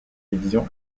division